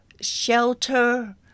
shelter